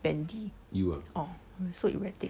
band D orh so erratic